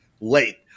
late